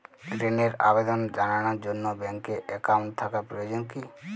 ঋণের আবেদন জানানোর জন্য ব্যাঙ্কে অ্যাকাউন্ট থাকা প্রয়োজন কী?